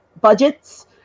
budgets